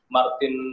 Martin